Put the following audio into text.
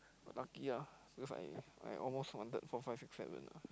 unlucky ah because I I almost wanted four five six seven